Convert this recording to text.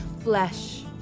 Flesh